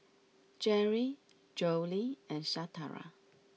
Jerri Jolie and Shatara